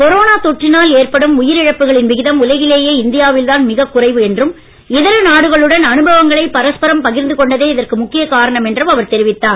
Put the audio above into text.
corona தொற்றினால் ஏற்படும் உயிர் இழப்புகளின் விகிதம் உலகிலேயே இந்தியா வில்தான் மிகக் குறைவு என்றும் இதர நாடுகளுடன் அனுபவங்களை பரஸ்பரம் பகிர்ந்து கொண்டதே இதற்கு முக்கியக் காரணம் என்றும் அவர் தெரிவித்தார்